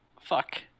fuck